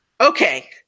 okay